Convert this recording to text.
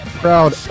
proud